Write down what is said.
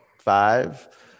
Five